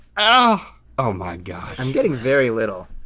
ah oh my gosh. i'm getting very little.